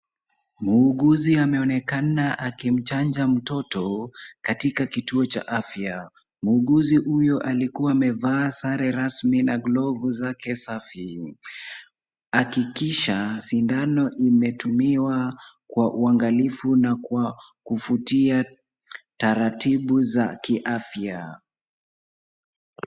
Muuguzi ameonekana akimchanja mtoto katika kituo cha afya. Muuguzi huyo alikuwa amevaa sare rasmi na glove zake safi. Hakikisha sindano imetumiwa kwa uangalifu na kwa kufuatia taratibu za kiafya.